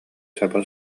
саба